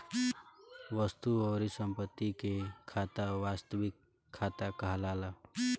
वस्तु अउरी संपत्ति के खाता वास्तविक खाता कहलाला